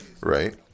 right